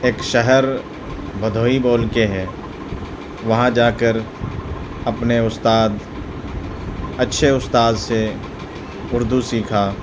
ایک شہر بھدوہی بول کے ہے وہاں جا کر اپنے استاد اچّھے استاذ سے اردو سیکھا